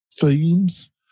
Themes